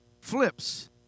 flips